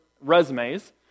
resumes